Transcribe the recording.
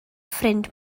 ffrind